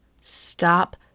Stop